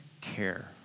Care